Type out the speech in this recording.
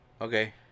okay